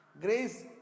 Grace